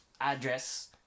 address